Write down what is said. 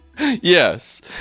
Yes